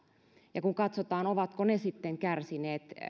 ja kun katsotaan ovatko ne kärsineet